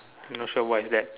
I'm not sure what is that